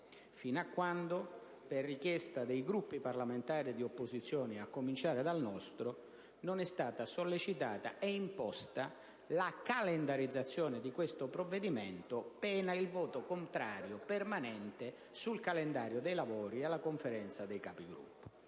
fino a quando, per richiesta dei Gruppi parlamentari di opposizione, a cominciare dal nostro, non è stata sollecitata e imposta la sua calendarizzazione, pena il voto contrario permanente sul calendario dei lavori nella Conferenza dei Capigruppo.